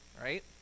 Right